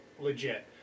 legit